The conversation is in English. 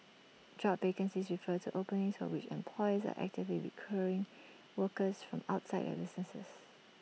job vacancies refer to openings for which employers are actively workers from outside their businesses